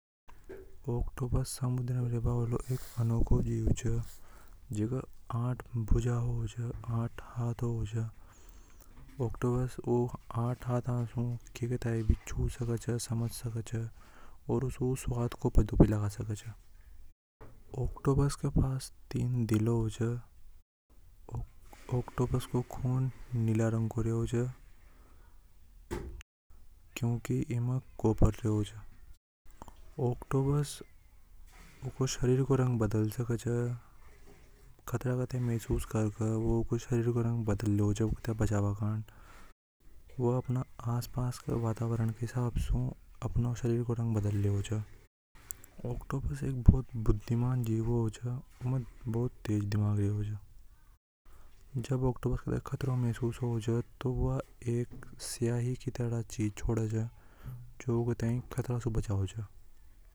ऑक्टोपस समुद्र में रेबा हालों एक अनोखो जीव छ। जीके आठ पाव होवे आठ हाथ होवे छ। ऑक्टोपस उन आठ हाथ से कुछ भी छू सके छ समझ सकें छ और उस बात को को प तो भी लगा सके छ। ऑक्टोपस के पास तीन दिल होवे छ। ऑक्टोपस को खून नीला रंग को रेवे छे क्योंकि इमें कोपर रेवे छ। ऑक्टोपस ऊके शरीर को रंग बदल सके से खतरा को महसूस करके वो ऊके शरीर को रंग बदल लेवे छ। जब ऑक्टोपस खतरों महसूस होवे तो वह स्याही कि तरफ चीज छोड़े च जो उसे खतरा से बचावे छ।